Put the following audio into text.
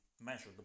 measure